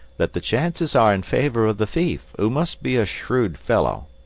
that the chances are in favour of the thief, who must be a shrewd fellow.